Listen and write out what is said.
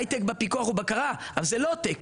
הייטק בפיתוח ובקרה, אבל זה Low Tech.